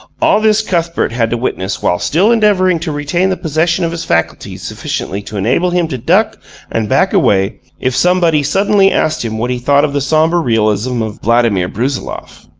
all this cuthbert had to witness while still endeavouring to retain the possession of his faculties sufficiently to enable him to duck and back away if somebody suddenly asked him what he thought of the sombre realism of vladimir brusiloff.